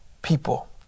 People